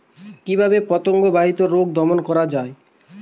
কিভাবে পতঙ্গ বাহিত রোগ দমন করা যায়?